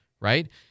right